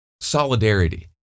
solidarity